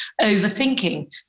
Overthinking